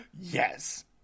Yes